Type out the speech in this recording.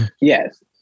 Yes